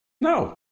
No